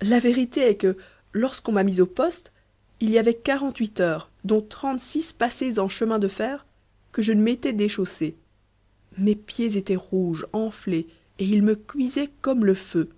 la vérité est que lorsqu'on m'a mis au poste il y avait quarante-huit heures dont trente-six passées en chemin de fer que je ne m'étais déchaussé mes pieds étaient rouges enflés et ils me cuisaient comme le feu